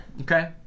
Okay